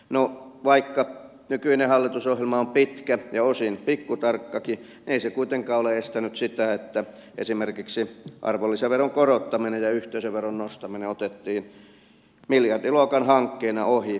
no vaikka nykyinen hallitusohjelma on pitkä ja osin pikkutarkkakin niin ei se kuitenkaan ole estänyt sitä että esimerkiksi arvonlisäveron korottaminen ja yhteisöveron nostaminen otettiin miljardiluokan hankkeina ohi hallitusohjelman